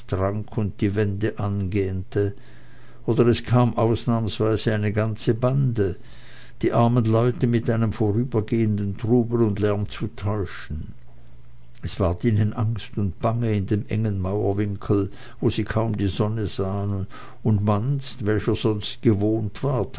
und die wände angähnte oder es kam ausnahmsweise eine ganze bande die armen leute mit einem vorübergehenden trubel und lärm zu täuschen es ward ihnen angst und bange in dem engen mauerwinkel wo sie kaum die sonne sahen und manz welcher sonst gewohnt war